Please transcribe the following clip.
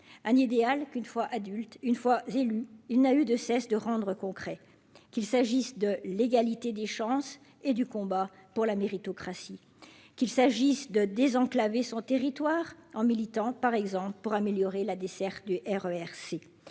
un idéal qu'une fois adulte, une fois j'ai lu, il n'a eu de cesse de rendre concret qu'il s'agisse de l'égalité des chances et du combat pour la méritocratie, qu'il s'agisse de désenclaver son territoire en militant, par exemple, pour améliorer la desserte du RER